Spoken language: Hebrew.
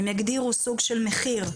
הם הגדירו סוג של מחיר,